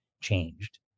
changed